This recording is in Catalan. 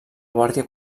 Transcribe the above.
guàrdia